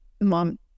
mom